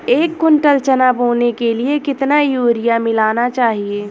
एक कुंटल चना बोने के लिए कितना यूरिया मिलाना चाहिये?